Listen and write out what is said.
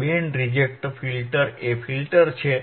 band reject filter એ filter છે